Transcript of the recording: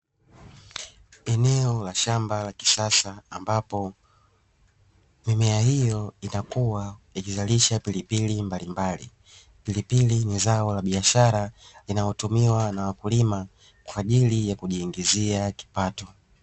Eneo la shamba la kisasa ambapo mimea hiyo inakua ikizalisha pilipili mbalimbali. Pilipili ni zao la biashara linalotumiwa na wa kulima kwa ajili ya kujiingizia kipato.